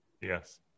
Yes